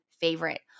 favorite